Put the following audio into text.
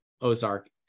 Ozark